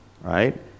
right